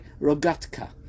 Rogatka